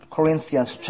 Corinthians